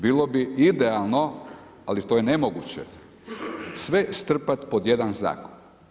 Bilo bi idealno, ali to je nemoguće sve strpati pod jedan zakon.